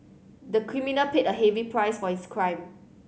the criminal paid a heavy price for his crime